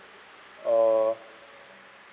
err